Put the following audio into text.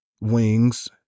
wings